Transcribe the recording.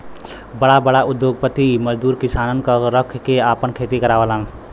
बड़ा बड़ा उद्योगपति मजदूर किसानन क रख के आपन खेती करावलन